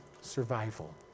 survival